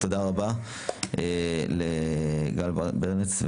תודה רבה לגל ברנס.